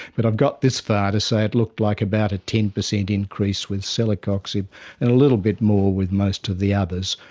but i've got this far to say it looked like about a ten percent increase with celecoxib and a little bit more with most of the others.